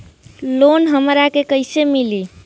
Loan हमरा के कईसे मिली?